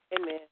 Amen